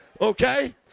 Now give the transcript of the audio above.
Okay